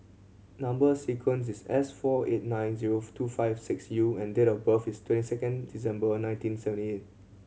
number sequence is S four eight nine zero two five six U and date of birth is twenty second December nineteen seventy eight